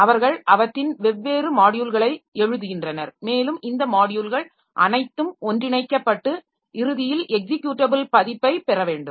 அவர்கள் அவற்றின் வெவ்வேறு மாட்யூல்களை எழுதுகின்றனர் மேலும் இந்த மாட்யூல்கள் அனைத்தும் ஒன்றிணைக்கப்பட்டு இறுதியில் எக்ஸிக்யூடபிள் பதிப்பை பெற வேண்டும்